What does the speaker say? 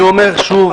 אני אומר שוב: